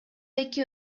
эки